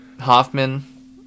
Hoffman